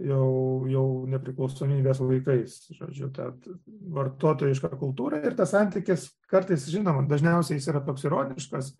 jau jau nepriklausomybės laikais žodžiu tą vartotojišką kultūrą ir tas santykis kartais žinoma dažniausiai jis yra toks ironiškas